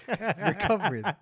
Recovering